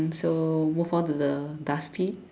so move on to the dustbin